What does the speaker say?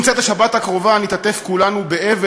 עם צאת השבת הקרובה נתעטף כולנו באבל